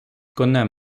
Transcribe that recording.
конем